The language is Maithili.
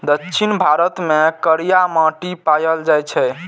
दक्षिण भारत मे करिया माटि पाएल जाइ छै